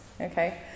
Okay